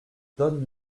donne